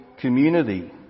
community